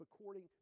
according